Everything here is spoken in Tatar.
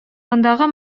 андагы